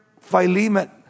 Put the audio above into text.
Philemon